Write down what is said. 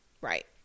Right